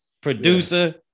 Producer